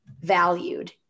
valued